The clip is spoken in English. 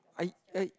I I